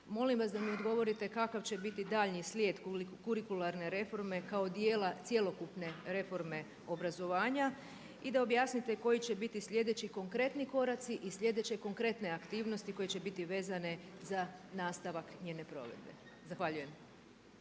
molim vas da mi odgovorite kakav će biti daljnji slijed kurikularne reforme kao dijela cjelokupne reforme obrazovanja i da objasnite koji će biti sljedeći konkretni koraci i sljedeće konkretne aktivnosti koje će biti vezane za nastavak njene provedbe. Zahvaljujem.